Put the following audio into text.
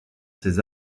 ses